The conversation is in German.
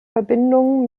verbindung